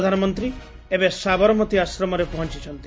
ପ୍ରଧାନମନ୍ତ୍ରୀ ଏବେ ସାବରମତି ଆଶ୍ରମରେ ପହଞ୍ଚ୍ଚନ୍ତି